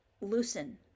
loosen